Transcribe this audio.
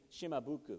Shimabuku